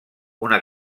una